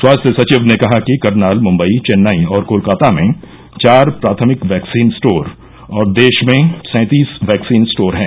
स्वास्थ्य सचिव ने कहा कि करनाल मुंबई चेन्नई और कोलकाता में चार प्राथमिक वैक्सीन स्टोर और देश में सैंतीस वैक्सीन स्टोर हैं